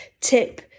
tip